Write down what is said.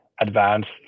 advanced